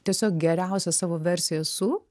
tiesiog geriausia savo versija esu